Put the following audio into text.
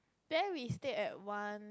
then we stayed at one